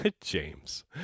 James